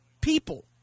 people